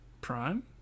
Prime